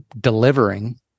delivering